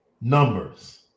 numbers